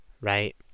right